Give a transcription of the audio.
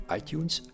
iTunes